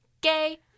gay